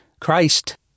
Christ